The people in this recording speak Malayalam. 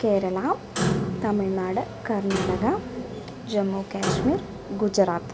കേരള തമിഴ്നാട് കർണാടക ജമ്മു കാശ്മീർ ഗുജറാത്ത്